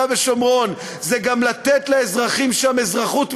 ושומרון זה גם לתת לאזרחים שם אזרחות מלאה?